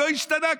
לא השתנה כלום.